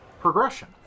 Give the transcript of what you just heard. progression